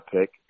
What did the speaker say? pick